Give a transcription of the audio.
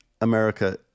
America